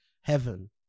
Heaven